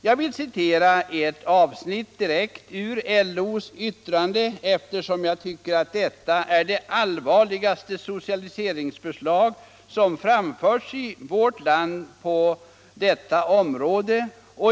Jag vill citera ett avsnitt direkt ur LO:s yttrande, eftersom jag tycker att detta är det allvarligaste socialiseringsförslag som framförts i vårt land på detta område.